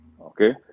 okay